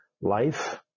life